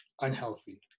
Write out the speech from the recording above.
unhealthy